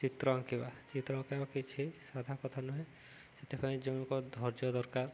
ଚିତ୍ର ଆଙ୍କିବା ଚିତ୍ର ଆଙ୍କବା କିଛି ସାଧା କଥା ନୁହେଁ ସେଥିପାଇଁ ଜଣକ ଧର୍ଯ୍ୟ ଦରକାର